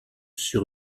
sur